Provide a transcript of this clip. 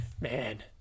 Man